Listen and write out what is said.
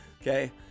okay